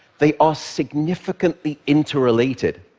they are significantly interrelated.